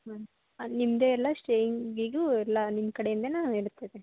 ಹ್ಞೂ ನಿಮ್ಮದೇ ಎಲ್ಲ ಸ್ಟೆಯಿಂಗಿಗು ಎಲ್ಲ ನಿಮ್ಮ ಕಡೆಯಿಂದನೆ ಇರ್ತದೆ